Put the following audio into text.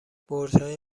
برجهای